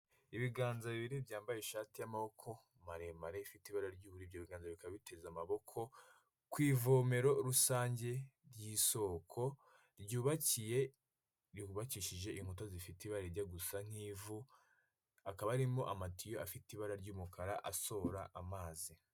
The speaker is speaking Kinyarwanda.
Ibiganza bibiri byambaye ishati y'amaboko maremare, ifite ibara ry'ubururu, ibyo biganza bikaba biteze amaboko, ku ivomero rusange ry'isoko ryubakiye, yubakishije inkuta zifite ibara rijya gusa nk'ivu, hakaba harimo amatiyo afite ibara ry'umukara, asohora amazi.